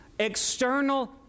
external